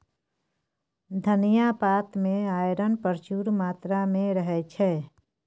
धनियाँ पात मे आइरन प्रचुर मात्रा मे रहय छै